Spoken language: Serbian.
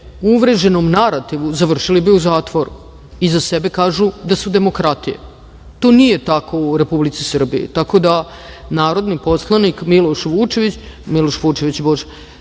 uvreženom narativu, završili bi u zatvoru, i za sebe kažu da su demokratije. To nije tako u Republici Srbiji. Tako da, narodni poslanik Miloš Jovanović